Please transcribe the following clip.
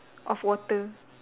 of water